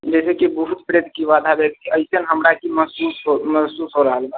जाहि से कि भूत प्रेत की बाधा भऽ गेलै अइसन हमराके महसूस हो महसूस हो रहल बा